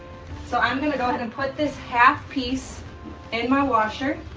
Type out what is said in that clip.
so i'm gonna go ahead and put this half piece in my washer.